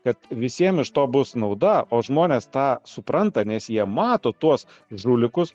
kad visiem iš to bus nauda o žmonės tą supranta nes jie mato tuos žulikus